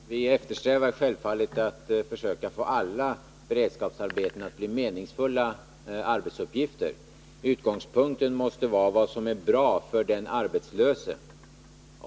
Herr talman! Vi eftersträvar självfallet att försöka få alla beredskapsarbeten att bli meningsfulla. Utgångspunkten måste vara vad som är bra för den arbetslöse.